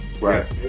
Right